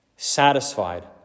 Satisfied